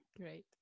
Great